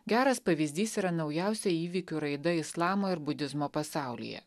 geras pavyzdys yra naujausia įvykių raida islamo ir budizmo pasaulyje